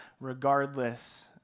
regardless